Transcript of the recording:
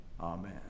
Amen